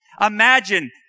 Imagine